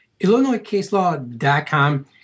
IllinoisCaselaw.com